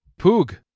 Poog